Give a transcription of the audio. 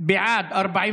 אמסלם לפני סעיף 1 לא נתקבלה.